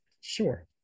Sure